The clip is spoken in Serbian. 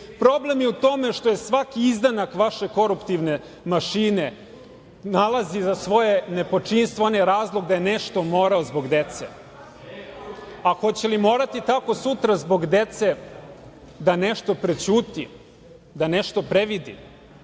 je u tome što je svaki izdanak vaše koruptivne mašine nalazi za svoje nepočinstvo onaj razlog da je nešto morao zbog dece. A hoće li morati tako sutra zbog dece da nešto prećuti, da nešto previdi?